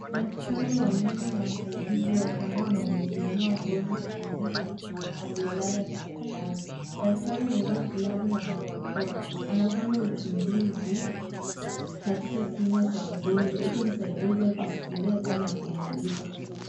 Daktari wa meno na msaidizi wake ambao wanamhudumia mgonjwa kliniki aliyelala kitandani, daktari amevaa glavu na barakoa, anafanya uchunguzi katika kinywa cha mgonjwa huku msaidizi akishika taa na kumulika.